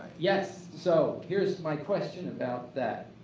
yes. so, here's my question about that.